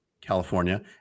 California